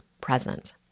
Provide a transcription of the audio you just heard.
present